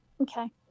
Okay